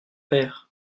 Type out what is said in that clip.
père